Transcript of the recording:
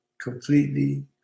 completely